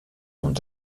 und